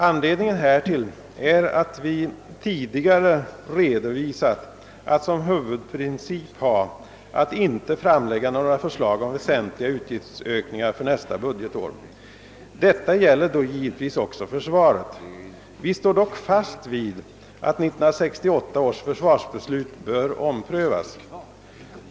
Anledningen härtill är att vi tidigare redovisat att vår huvudprincip är att inte framlägga några förslag om väsentliga utgiftsökningar för nästa budgetår. Detta gäller givetvis också försvaret. Vi står dock fast vid att 1968 års försvarsbeslut bör omprövas.